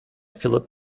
phillip